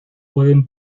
pueden